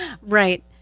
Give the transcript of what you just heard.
Right